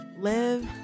Live